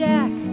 Jack